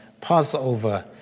Passover